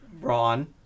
Ron